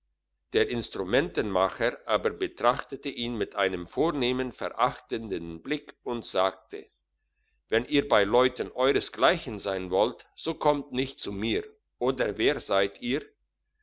der instrumentenmacher aber betrachtete ihn mit einem vornehmen verachtenden blick und sagt wenn ihr bei leuten euresgleichen sein wollt so kommt nicht zu mir oder wer seid ihr